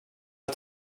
att